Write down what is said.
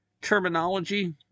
Terminology